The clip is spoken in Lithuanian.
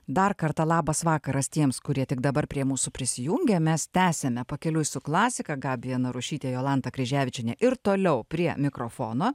dar kartą labas vakaras tiems kurie tik dabar prie mūsų prisijungė mes tęsiame pakeliui su klasika gabija narušytė jolanta kryževičienė ir toliau prie mikrofono